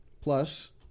Plus